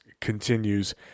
continues